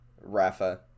rafa